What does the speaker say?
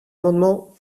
amendement